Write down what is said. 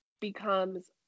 becomes